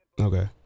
okay